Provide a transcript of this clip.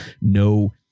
no